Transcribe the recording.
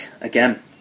again